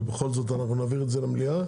ובכל זאת אנחנו נעביר את זה למליאה.